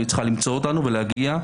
והיא צריכה למצוא אותנו ולהגיע.